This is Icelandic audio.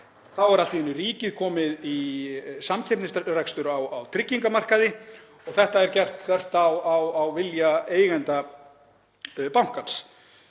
ríkið allt í einu komið í samkeppnisrekstur á tryggingamarkaði og þetta er gert þvert á vilja eigenda bankans.